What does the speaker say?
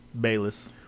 Bayless